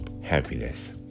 happiness